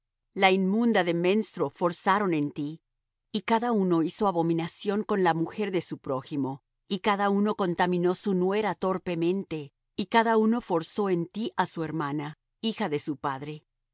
la inmunda de menstruo forzaron en ti y cada uno hizo abominación con la mujer de su prójimo y cada uno contaminó su nuera torpemente y cada uno forzó en ti á su hermana hija de su padre